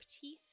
teeth